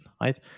right